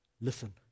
listen